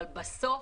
אבל בסוף